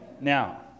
Now